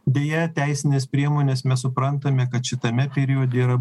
deja teisinės priemonės mes suprantame kad šitame periode yra